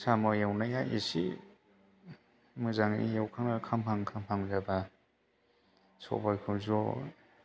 साम' एवनाया एसे मोजाङै एवखांनानै खामहां खामहां जाबा सबायखौ ज'